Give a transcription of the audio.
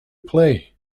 play